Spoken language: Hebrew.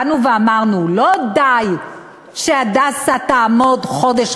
באנו ואמרנו: לא די ש"הדסה" יעמוד חודש,